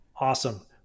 Awesome